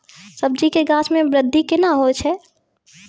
सब्जी के गाछ मे बृद्धि कैना होतै?